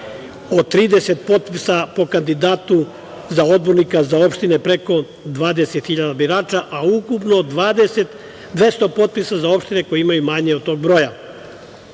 od 30 potpisa po kandidatu za odbornika za opštine preko 20 hiljada birača, a ukupno 200 potpisa za opštine koje imaju manje od tog